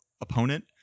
opponent